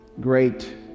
great